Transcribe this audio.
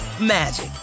magic